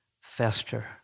fester